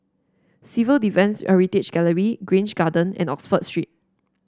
Civil Defence Heritage Gallery Grange Garden and Oxford Street